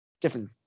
different